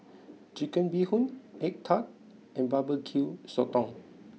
Chicken Bee Hoon Egg Tart and Barbecue Sotong